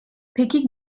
peki